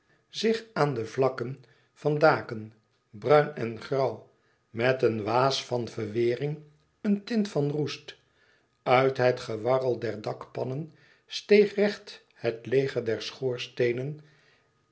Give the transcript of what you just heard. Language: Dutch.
zich aan de vlakken van daken bruin en grauw met een waas van verweering een tint van roest uit het gewarrel der dakpannen steeg recht het leger der schoorsteenen